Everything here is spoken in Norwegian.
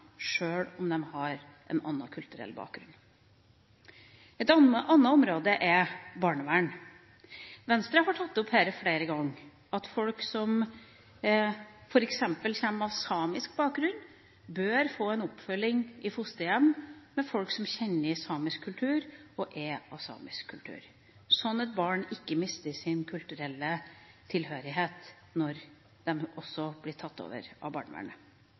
sjøl om de har en annen kulturell bakgrunn. Et annet område er barnevern. Venstre har flere ganger tatt opp at folk som f.eks. har samisk bakgrunn, bør få en oppfølging i fosterhjem av folk som kjenner samisk kultur og er av samisk opprinnelse, sånn at barn ikke mister sin kulturelle tilhørighet når de blir tatt over av barnevernet.